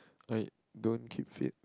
like don't keep fit